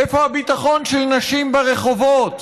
איפה הביטחון של נשים ברחובות?